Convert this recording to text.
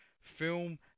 film